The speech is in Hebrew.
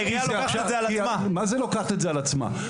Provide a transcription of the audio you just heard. העירייה לוקחת את זה על עצמה.